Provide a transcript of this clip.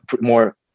More